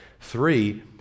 Three